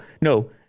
no